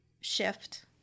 shift